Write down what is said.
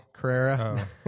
Carrera